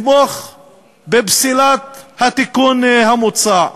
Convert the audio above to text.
ולתמוך בפסילת התיקון המוצע.